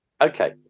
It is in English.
Okay